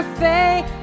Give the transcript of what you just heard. faith